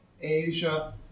Asia